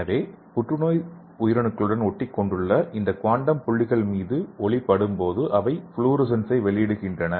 எனவே புற்றுநோய் உயிரணுக்களுடன் ஒட்டிக் கொண்டுள்ள இந்த குவாண்டம் புள்ளிகள் மீது ஒளி படும்போது அவை ப்ளுரசென்ஸை வெளியிடுகின்றன